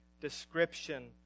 description